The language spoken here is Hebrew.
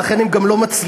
לכן הם גם לא מצליחים,